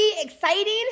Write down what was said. exciting